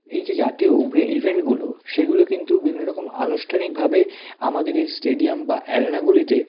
এই যে জাতীয় ইভেন্টগুলো সেগুলো কিন্তু বিভিন্ন রকম আনুষ্ঠানিকভাবে আমাদের এই স্টেডিয়াম বা অ্যারেনাগুলিতে